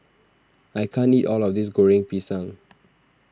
I can't eat all of this Goreng Pisang